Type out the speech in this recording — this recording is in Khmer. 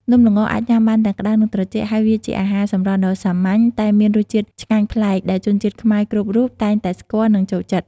នំល្ងអាចញ៉ាំបានទាំងក្តៅ និងត្រជាក់ ហើយវាជាអាហារសម្រន់ដ៏សាមញ្ញ តែមានរសជាតិឆ្ងាញ់ប្លែកដែលជនជាតិខ្មែរគ្រប់រូបតែងតែស្គាល់ និងចូលចិត្ត។